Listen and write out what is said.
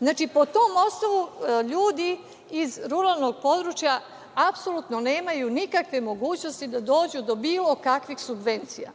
Znači, po tom osnovu ljudi iz ruralnog područja apsolutno nemaju nikakve mogućnosti da dođu do bilo kakvih subvencija.